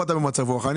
אני